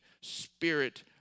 spirit